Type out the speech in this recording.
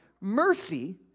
mercy